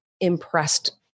impressed